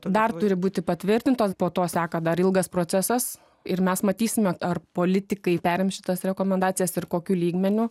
dar turi būti patvirtintos po to seka dar ilgas procesas ir mes matysime ar politikai perims šitas rekomendacijas ir kokiu lygmeniu